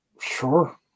Sure